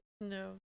no